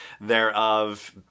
thereof